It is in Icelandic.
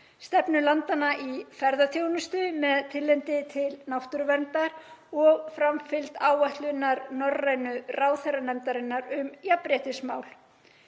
stefnu landanna í ferðaþjónustu með tilliti til náttúruverndar og framfylgd áætlunar norrænu ráðherranefndarinnar um jafnréttismál.